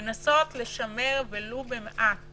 לנסות לשמר ולו במעט